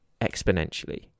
exponentially